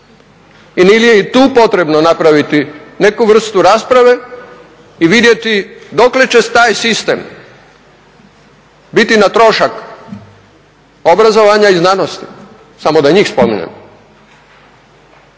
i nije li i tu potrebno napraviti neku vrstu rasprave i vidjeti dokle će taj sistem biti na trošak obrazovanja i znanosti, samo da njih spomenem.